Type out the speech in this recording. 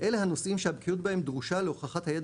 אלה הנושאים שהבקיאות בהם דרושה להוכחת הידע